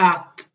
Att